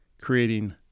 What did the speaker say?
creating